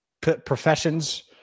professions